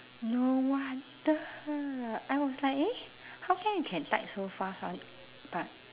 no wonder I was like eh how come you can type so fast [one] but